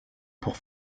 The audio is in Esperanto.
por